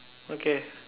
okay